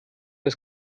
das